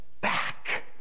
back